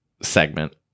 segment